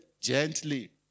gently